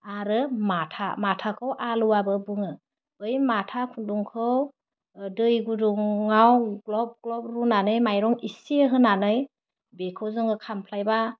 आरो माथा माथाखौ आलुवाबो बुङो बै माथा खुन्दुंखौ दै गुदुङाव ग्लब ग्लब रुनानै माइरं इसे होनानै बेखौ जोङो खामफ्लाय बा